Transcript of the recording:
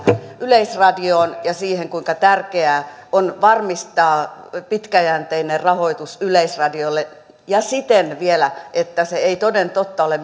yleisradioon ja siihen kuinka tärkeää on varmistaa pitkäjänteinen rahoitus yleisradiolle ja siten vielä että se ei toden totta ole